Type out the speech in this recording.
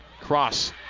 Cross